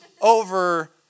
over